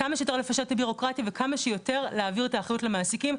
כמה שיותר לפשט את הבירוקרטיה וכמה שיותר להעביר את האחריות למעסיקים.